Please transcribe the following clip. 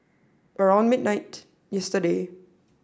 round midnight yesterday